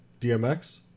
DMX